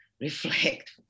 reflect